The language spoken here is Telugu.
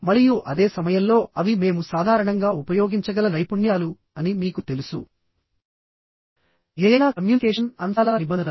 మరియు అదే సమయంలో అవి మేము సాధారణంగా ఉపయోగించగల నైపుణ్యాలు అని మీకు తెలుసు ఏదైనా కమ్యూనికేషన్ అంశాల నిబంధనలు